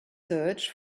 search